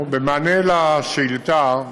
במענה על השאילתה,